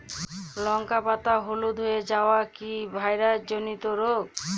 লঙ্কা পাতা হলুদ হয়ে যাওয়া কি ভাইরাস জনিত রোগ?